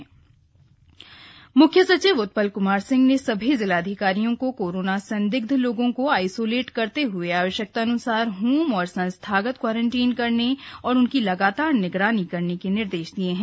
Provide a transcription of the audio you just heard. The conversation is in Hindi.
मुख्य सचिव मुख्य सचिव उत्पल क्मार सिंह ने सभी जिलाधिकारियों को कोरोना संदिग्ध लोगों को आइसोलेट करते हुए आवश्यकतान्सार होम और संस्थागत क्वारंटीन करने और उनकी लगातार निगरानी करने के निर्देश दिये हैं